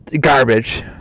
garbage